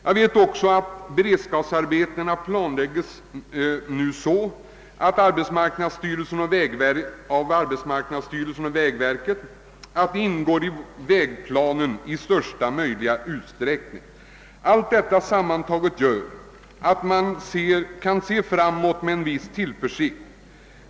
Jag vet också att beredskapsarbetena nu planläggs så av arbetsmarknadsstyrelsen och vägverket att de i största möjliga utsträckning ingår i uppgjorda vägplaner. Allt detta tillsammans gör att man kan se framåt med en viss tillförsikt.